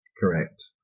Correct